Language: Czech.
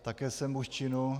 Také jsem muž činu.